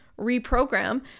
reprogram